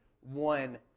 one